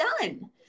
done